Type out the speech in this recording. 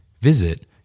Visit